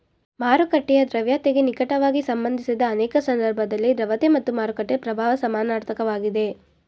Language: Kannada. ಮಾರುಕಟ್ಟೆಯ ದ್ರವ್ಯತೆಗೆ ನಿಕಟವಾಗಿ ಸಂಬಂಧಿಸಿದ ಅನೇಕ ಸಂದರ್ಭದಲ್ಲಿ ದ್ರವತೆ ಮತ್ತು ಮಾರುಕಟ್ಟೆ ಪ್ರಭಾವ ಸಮನಾರ್ಥಕ ವಾಗಿದೆ